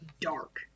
dark